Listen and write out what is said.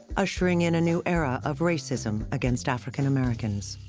ushering in a new era of racism against african americans.